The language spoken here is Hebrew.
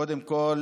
קודם כול